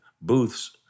booths